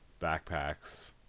backpacks